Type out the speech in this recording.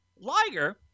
Liger